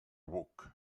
buc